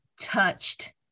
touched